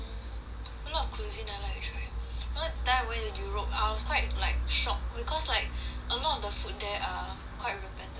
a lot of cuisine I like to try you know that time I went to europe I was quite like shocked because like a lot of the food there are quite repetitive